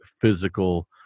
physical